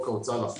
שוק השכירות הולך